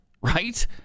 right